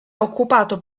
occupato